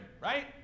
right